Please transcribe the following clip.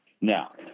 Now